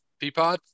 Peapod